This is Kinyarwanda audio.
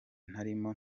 ntarimo